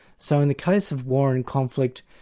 so in the case of war and conflict,